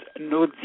no